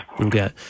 Okay